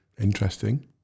Interesting